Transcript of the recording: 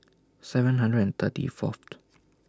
seven hundred and thirty Fourth